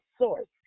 source